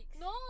No